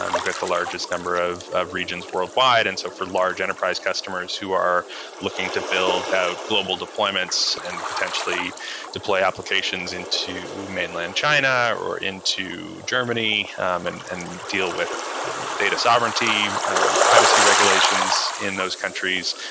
and we've got the largest number of of regions worldwide. and so for large enterprise customers who are looking to build out global deployments and potentially deploy applications into mainland china or into germany um and and deal with data sovereignty or privacy regulations regulations in those countries,